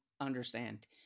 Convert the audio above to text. understand